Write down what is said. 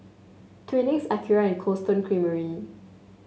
Twinings Akira and Cold Stone Creamery